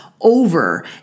over